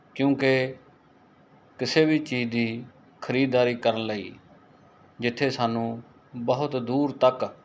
ਕਿਉਂਕਿ ਕਿਸੇ ਵੀ ਚੀਜ਼ ਦੀ ਖਰੀਦਦਾਰੀ ਕਰਨ ਲਈ ਜਿੱਥੇ ਸਾਨੂੰ ਬਹੁਤ ਦੂਰ ਤੱਕ